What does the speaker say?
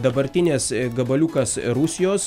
dabartinės gabaliukas rusijos